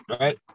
right